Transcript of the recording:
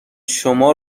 شما